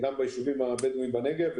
כך בכמה יישובים בדואים בנגב,